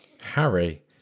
Harry